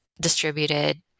distributed